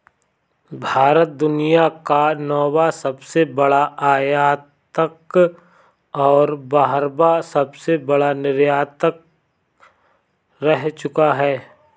भारत दुनिया का नौवां सबसे बड़ा आयातक और बारहवां सबसे बड़ा निर्यातक रह चूका है